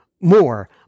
more